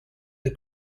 the